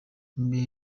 imbehe